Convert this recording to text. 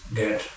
get